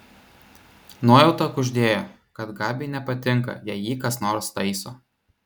nuojauta kuždėjo kad gabiui nepatinka jei jį kas nors taiso